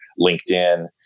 LinkedIn